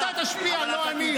אתה תשפיע, לא אני.